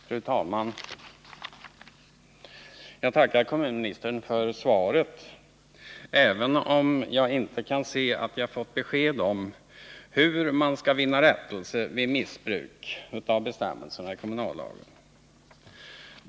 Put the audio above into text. Fru talman! Jag tackar kommunministern för svaret, även om jag inte kan se att jag fått besked om hur man skall vinna rättelse vid missbruk av bestämmelserna i kommunallagen.